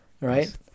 Right